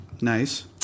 Nice